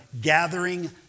gathering